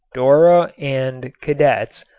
dora and cadets,